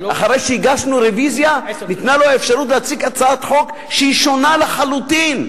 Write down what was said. אחרי שהגשנו רוויזיה ניתנה לו אפשרות להציג הצעת חוק שונה לחלוטין,